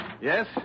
Yes